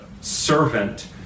servant